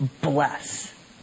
bless